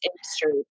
industry